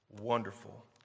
wonderful